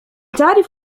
تعرف